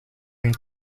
une